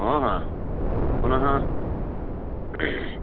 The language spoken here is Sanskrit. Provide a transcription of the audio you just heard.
ओ हो पुनः